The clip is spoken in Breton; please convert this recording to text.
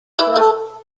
klask